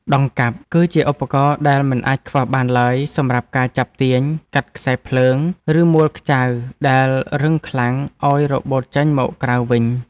ដង្កាប់ គឺជាឧបករណ៍ដែលមិនអាចខ្វះបានឡើយសម្រាប់ការចាប់ទាញ កាត់ខ្សែភ្លើង ឬមួលខ្ចៅដែលរឹងខ្លាំងឱ្យរបូតចេញមកក្រៅវិញ។